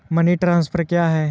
Money transfer क्या है?